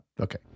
Okay